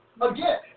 again